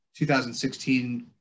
2016